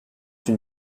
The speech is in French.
une